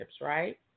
right